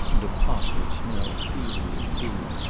and a pot which smelled feebly of tea.